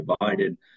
divided